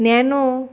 nano